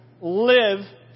live